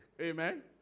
Amen